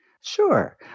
Sure